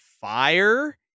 fire